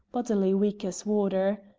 bodily weak as water.